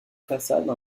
façade